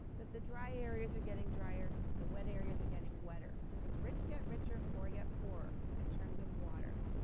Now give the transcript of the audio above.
that the dry areas are getting drier, the wet areas are getting wetter. this is rich get richer, poor get poorer in terms of water.